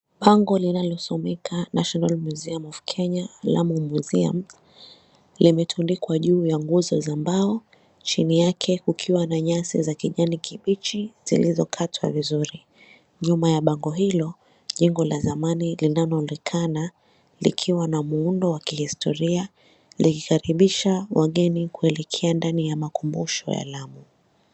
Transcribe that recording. Bango linalosomeka, National Museums of Kenya Lamu Museum, limetundikwa juu ya nguzo za mbao chini yake kukiwa na nyasi za kijani kibichi zilizokatwa vizuri. Nyuma ya bango hilo jengo la zamani linaloonekana likiwa na muundo wa kihistoria likikaribisha wageni kuelekea ndani ya makumbusho ya Lamu.